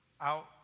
out